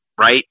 right